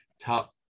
top